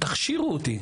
תכשירו אותי,